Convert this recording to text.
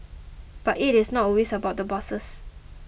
but it is not always about the bosses